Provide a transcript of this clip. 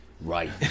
right